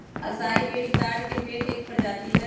असाई बेरी ताड़ के पेड़ के एक प्रजाति हई